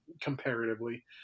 comparatively